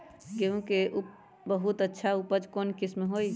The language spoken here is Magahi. गेंहू के बहुत अच्छा उपज कौन किस्म होई?